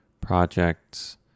projects